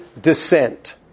descent